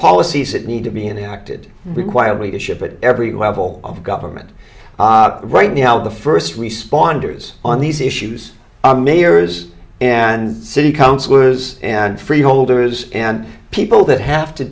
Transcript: policies that need to be enacted require leadership at every level of government right now the first responders on these issues a mayor is and city councillors and freeholders and people that have to